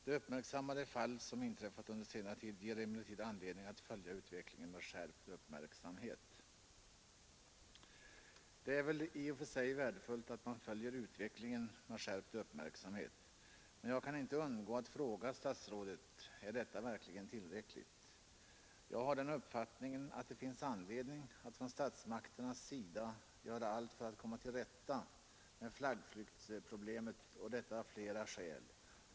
De uppmärksammade fall som intr; t under senare tid ger emellertid anledning att följa utvecklingen med skärpt uppmärksamhet.” Det är väl i och för sig värdefullt att man följer utvecklingen med skärpt uppmärksamhet. Men jag kan inte underlåta att fråga statsrådet: Är detta verkligen tillräckligt? Jag har den uppfattningen att det finns anledning att från statsmakternas sida göra allt för att komma till rätta med flaggflyktsproblemet — och det av flera skäl.